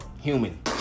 human